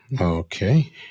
okay